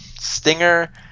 Stinger